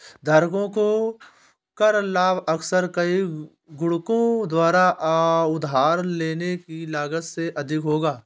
धारकों को कर लाभ अक्सर कई गुणकों द्वारा उधार लेने की लागत से अधिक होगा